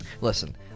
listen